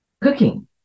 Cooking